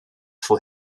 for